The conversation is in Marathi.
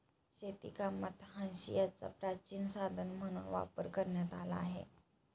शेतीकामात हांशियाचा प्राचीन साधन म्हणून वापर करण्यात आला आहे